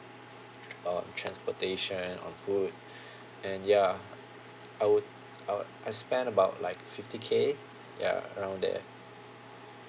on transportation on food and ya I would I would I spent about like fifty K ya around there